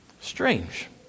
Strange